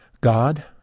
God